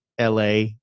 la